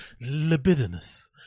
Libidinous